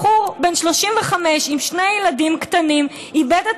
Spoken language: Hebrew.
בחור בן 35 עם שני ילדים קטנים איבד את